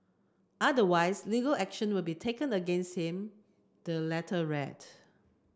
otherwise legal action will be taken against him the letter read